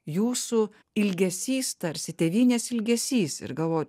jūsų ilgesys tarsi tėvynės ilgesys ir galvoju